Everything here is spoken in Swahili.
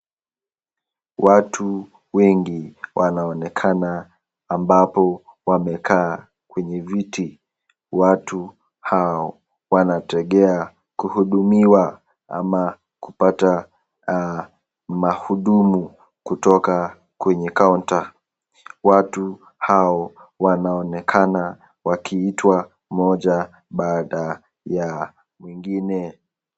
Watu wengi wanaonekana ambapo wamekaa kwenye viti , watu hao wanategea kuhudumiwa ama kupata mahudumu kutoka, kwenye counter .watu hao wanaonekana wakiitwa moja baada ya mwingine.